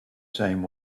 same